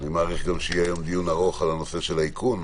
אני מאריך שיהיה היום דיון ארוך על הנושא של האיכון,